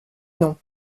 non